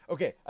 Okay